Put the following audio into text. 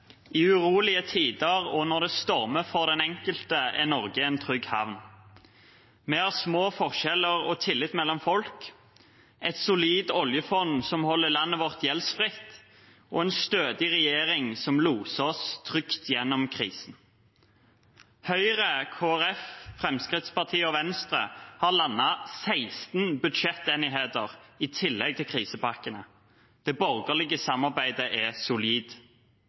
Norge en trygg havn. Vi har små forskjeller og tillit mellom folk, et solid oljefond som holder landet vårt gjeldfritt, og en stødig regjering som loser oss trygt gjennom krisen. Høyre, Kristelig Folkeparti, Fremskrittspartiet og Venstre har landet 16 budsjettenigheter i tillegg til krisepakkene. Det borgerlige samarbeidet er solid.